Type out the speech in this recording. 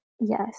yes